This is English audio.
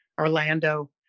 Orlando